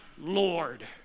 Lord